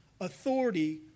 authority